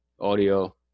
audio